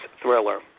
Thriller